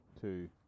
two